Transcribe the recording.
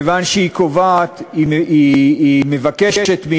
והיא קובעת, מבקשת,